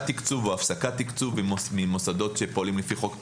תקצוב או הפסקת תקצוב ממוסדות שפועלים לפי חוק פיקוח,